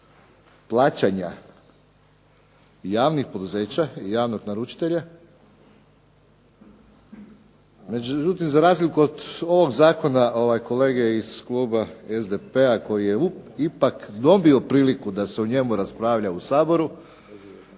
plaćanja javnih poduzeća i javnog naručitelja. Međutim, za razliku od ovog zakona kolege iz kluba SDP-a koji je ipak dobio priliku da se o njemu raspravlja u Saboru